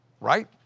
right